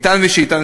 יטען מי שיטען,